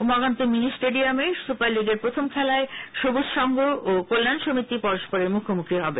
Umakanta mini স্টেডিয়ামে super লীগের প্রথম খেলায় সবুজ সংঘ ও কল্যাণ সমিতি পরস্পরের মুখোমুখি হবে